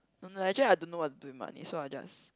no no actually I don't know what to do with money so I just